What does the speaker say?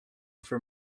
for